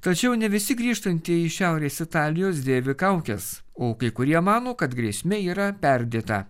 tačiau ne visi grįžtantieji iš šiaurės italijos dėvi kaukes o kai kurie mano kad grėsmė yra perdėta